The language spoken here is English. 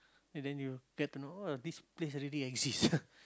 and then you get to know oh this place really exists